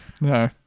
No